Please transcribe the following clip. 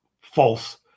false